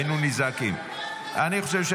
היינו נזעקים.